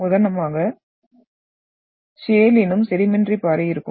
உதாரணமாக ஷேல் என்னும் செடிமெண்டரி பாறை இருக்கும்